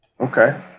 Okay